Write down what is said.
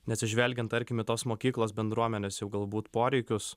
neatsižvelgiant tarkim į tos mokyklos bendruomenės jau galbūt poreikius